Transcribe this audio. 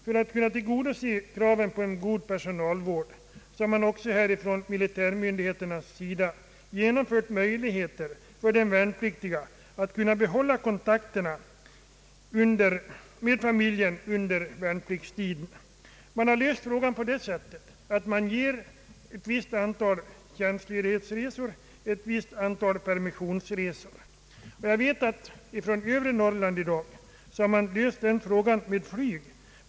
För att kunna tillgodose kravet på en god personalvård har man också från militärmyndigheternas sida genomfört möjligheter för de värnpliktiga att behålla kontakterna med familjen under värnpliktstiden. Man har löst frågan på det sättet att man beviljar ett visst antal tjänstledighetsresor, permissionsresor. För resor från övre Norrland har man prövat att anordna resor med flyg.